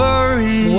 Worry